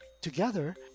together